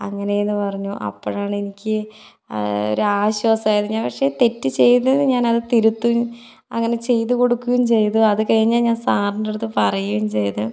അങ്ങനെയെന്ന് പറഞ്ഞു അപ്പോഴാണെനിക്ക് ഒരാശ്വാസമായത് ഞാൻ പക്ഷെ തെറ്റ് ചെയ്തത് ഞാനത് തിരുത്തുകയും അങ്ങനെ ചെയ്ത് കൊടുക്കുകയും ചെയ്തു അത് കഴിഞ്ഞ് ഞാൻ സാറിൻ്റെ അടുത്ത് പറയുകയും ചെയ്തു